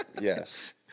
yes